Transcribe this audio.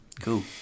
Cool